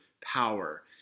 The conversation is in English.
power